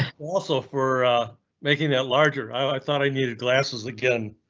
also, for a making that larger, i thought i needed glasses again.